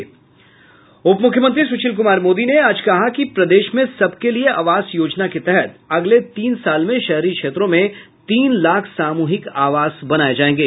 उपमुख्यमंत्री सूशील कुमार मोदी ने आज कहा कि प्रदेश में सब के लिए आवास योजना के तहत अगले तीन साल में शहरी क्षेत्रों में तीन लाख सामूहिक आवास बनाये जायेंगे